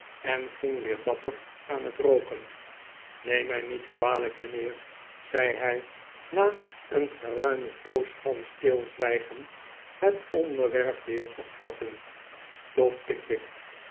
en ging weer dapper aan het rooken neem mij niet kwalijk mijnheer zei hij na een geruime poos van stilzwijgen het onderwerp weer opvattend tot pickwick